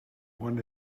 one